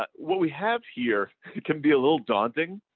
but what we have here can be a little daunting.